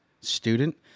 student